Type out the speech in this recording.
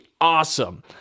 awesome